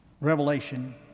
Revelation